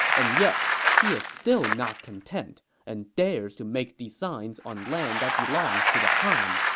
and yet he is still not content and dares to make designs on land that belongs to the han.